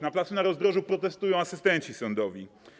Na placu Na Rozdrożu protestują asystenci sądowi.